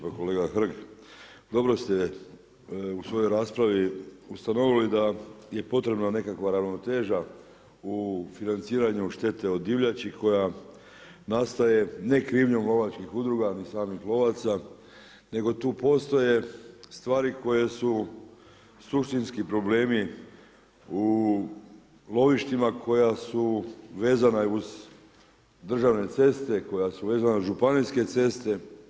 Pa kolega Hrg, dobro ste u svojoj raspravi ustanovili da je potrebna nekakva ravnoteža u financiranju štete od divljači koja nastaje ne krivnjom lovačkih udruga ni samih lovaca, nego tu postoje stvari koje su suštinski problemi u lovištima koja su vezana uz državne ceste, koja su vezane uz županijske ceste.